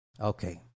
Okay